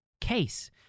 case